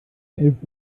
elf